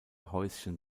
häuschen